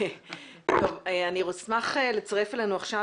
אני אשמח לצרף אלינו עכשיו,